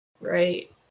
Right